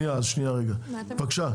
דניאל, בבקשה.